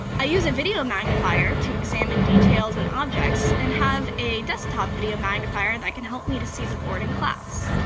i use a video magnifier to examine details in objects and have a desktop video magnifier that can help me to see the board in class.